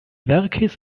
verkis